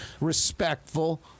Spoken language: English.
respectful